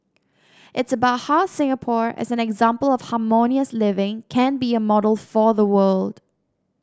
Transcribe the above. it's about how Singapore as an example of harmonious living can be a model for the world